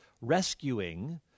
rescuing